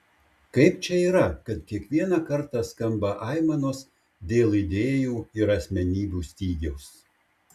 kaip čia yra kad kiekvieną kartą skamba aimanos dėl idėjų ir asmenybių stygiaus